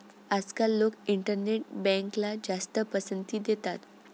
आजकाल लोक इंटरनेट बँकला जास्त पसंती देतात